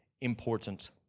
important